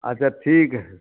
अच्छा ठीक हइ